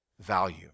value